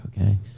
okay